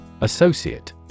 Associate